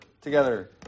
together